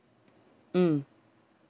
mm